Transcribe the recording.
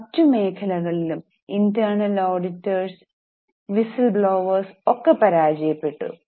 മറ്റു മേഖലകളിലും internal auditors whistle blowers ഒക്കെ പരാജയപെട്ടു